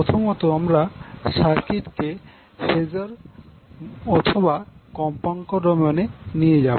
প্রথমত আমরা সার্কিটকে ফেজার অথবা কম্পাঙ্ক ডোমেইন এ নিয়ে যাব